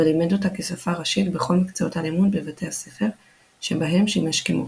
ולימד אותה כשפה ראשית בכל מקצועות הלימוד בבתי הספר שבהם שימש כמורה,